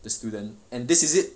the student and this is it